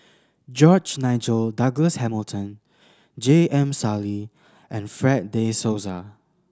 George Nigel Douglas Hamilton J M Sali and Fred De Souza